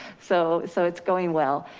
so so it's going well.